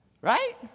Right